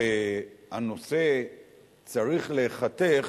שהנושא צריך להיחתך